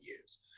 years